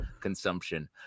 consumption